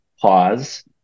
Pause